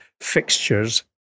fixtures